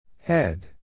Head